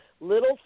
little